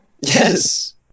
Yes